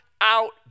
out